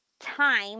time